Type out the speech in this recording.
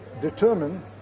determine